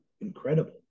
incredible